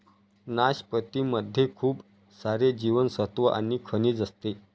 नाशपती मध्ये खूप सारे जीवनसत्त्व आणि खनिज असते